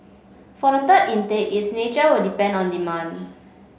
for the third intake its nature will depend on demand